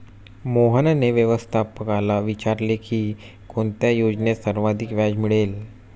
मोहनने व्यवस्थापकाला विचारले की कोणत्या योजनेत सर्वाधिक व्याज मिळेल?